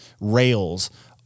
rails